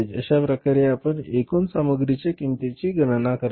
तर अशाप्रकारे आपण एकूण सामग्रीच्या किंमतीची गणना कराल